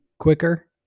quicker